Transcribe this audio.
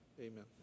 Amen